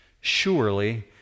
Surely